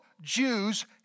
Jews